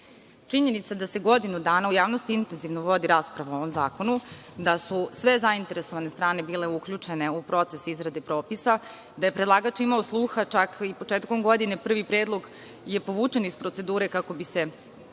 nasilja. Činjenica da se godinu dana u javnosti intenzivno vodi rasprava o ovom zakonu, da su sve zainteresovane strane bile uključene u proces izrade propisa. Da je predlagač imao sluha, čak i početkom godine, prvi predlog je povučen iz procedure kako bi se